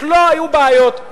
לא היו בעיות.